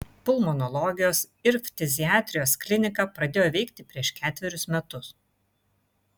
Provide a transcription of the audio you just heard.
pulmonologijos ir ftiziatrijos klinika pradėjo veikti prieš ketverius metus